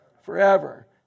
forever